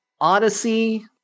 Odyssey